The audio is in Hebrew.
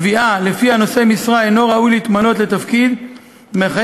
קביעה שלפיה נושא משרה אינו ראוי להתמנות לתפקיד מחייבת